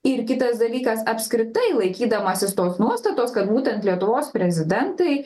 ir kitas dalykas apskritai laikydamasis tos nuostatos kad būtent lietuvos prezidentai